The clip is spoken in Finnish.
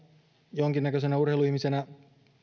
jonkinnäköisenä urheiluihmisenä